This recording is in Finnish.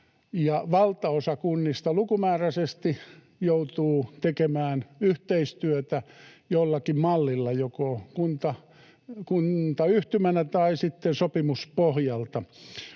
valtaosa kunnista lukumääräisesti joutuu tekemään yhteistyötä jollakin mallilla, joko kuntayhtymänä tai sitten sopimuspohjalta.